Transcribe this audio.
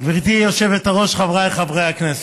גברתי היושבת-ראש, חבריי חברי הכנסת,